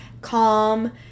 Calm